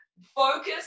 focus